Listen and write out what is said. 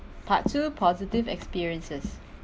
part two positive experiences